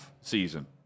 season